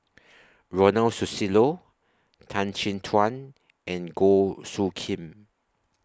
Ronald Susilo Tan Chin Tuan and Goh Soo Khim